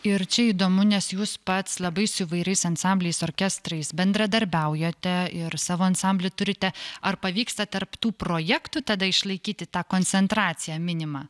ir čia įdomu nes jūs pats labai su įvairiais ansambliais orkestrais bendradarbiaujate ir savo ansamblį turite ar pavyksta tarp tų projektų tada išlaikyti tą koncentraciją minimą